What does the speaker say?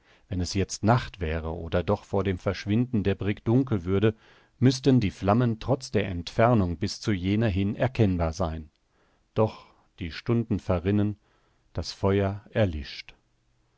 wenn es jetzt nacht wäre oder doch vor dem verschwinden der brigg dunkel würde müßten die flammen trotz der entfernung bis zu jener hin erkennbar sein doch die stunden verrinnen das feuer erlischt